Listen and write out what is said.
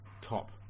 top